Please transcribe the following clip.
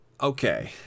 Okay